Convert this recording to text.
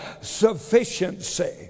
sufficiency